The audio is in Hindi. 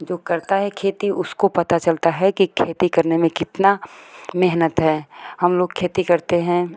पर जो करता है खेती उसको पता चलता है कि खेती में कितना मेहनत है हम लोग खेती करते हैं